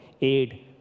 aid